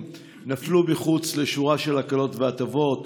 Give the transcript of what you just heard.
נפלו מחוץ לשורה של הקלות והטבות.